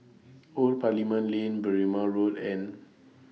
Old Parliament Lane Berrima Road and